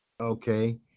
Okay